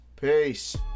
Peace